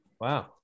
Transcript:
Wow